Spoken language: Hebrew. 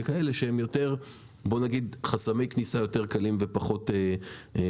דברים כאלה שהם חסמי כניסה יותר קלים ופחות בעייתיים.